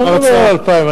אני לא מדבר על 2000,